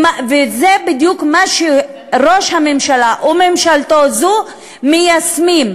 וזה בדיוק מה שראש הממשלה וממשלתו זו מיישמים.